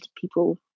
people